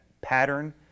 pattern